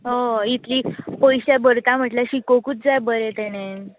हय इतलीं पयशे भरता म्हणल्या शिकोकूच जाय बरें ताणेन